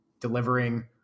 delivering